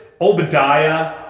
Obadiah